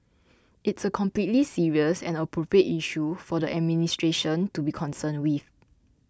it's a completely serious and appropriate issue for the administration to be concerned with